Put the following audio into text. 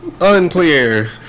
Unclear